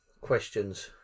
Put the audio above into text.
questions